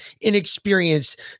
inexperienced